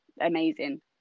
amazing